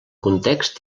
context